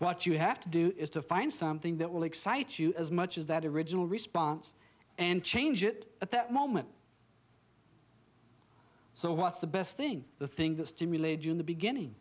what you have to do is to find something that will excite you as much as that original response and change it at that moment so what's the best thing the thing that stimulated you in the beginning